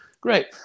great